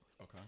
Okay